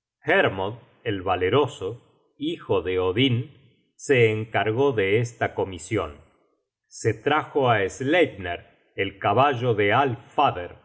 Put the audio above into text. hermod el valeroso hijo de odin se encargó de esta comision se trajo á sleipner el caballo de